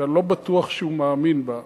שאני לא בטוח שהוא מאמין בה.